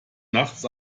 nachts